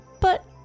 but